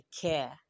care